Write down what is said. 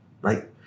right